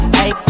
hey